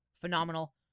phenomenal